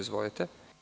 Izvolite.